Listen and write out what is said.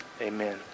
Amen